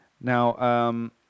now